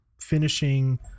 finishing